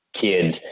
kids